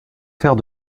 faire